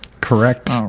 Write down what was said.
Correct